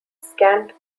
scant